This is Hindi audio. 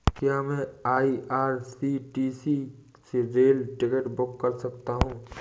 क्या मैं आई.आर.सी.टी.सी से रेल टिकट बुक कर सकता हूँ?